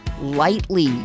lightly